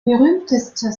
berühmtester